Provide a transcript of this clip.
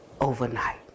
overnight